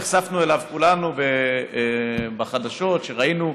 שנחשפנו אליו כולנו בחדשות, שראינו,